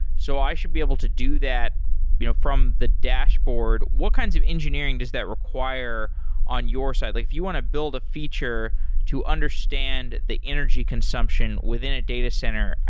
so i should be able to do that you know from the dashboard. what kinds of engineering does that require on your site? like if you want to build a feature to understand the energy consumption within a data center,